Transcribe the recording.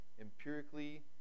empirically